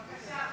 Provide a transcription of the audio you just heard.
בבקשה,